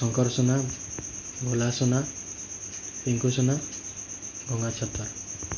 ଶଙ୍କର ସୁନା ଗୁଲା ସୁନା ପିଙ୍କୁ ସୁନା ଭଙ୍ଗା ଛତା